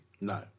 no